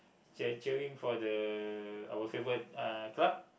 cheer cheering for the our favorite uh club